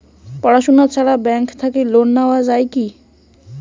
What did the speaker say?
পড়াশুনা ছাড়া ব্যাংক থাকি লোন নেওয়া যায় কি?